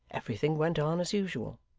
everything went on as usual.